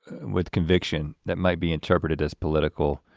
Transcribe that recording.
with conviction that might be interpreted as political.